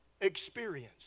experience